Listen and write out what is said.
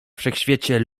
wszechświecie